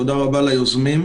תודה רבה ליוזמים.